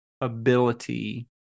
ability